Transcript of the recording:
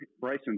Bryson